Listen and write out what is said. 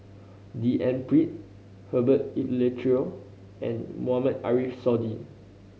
D N Pritt Herbert Eleuterio and Mohamed Ariff Suradi